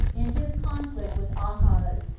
in his conflict with ahaz,